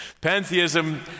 Pantheism